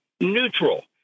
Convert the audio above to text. neutral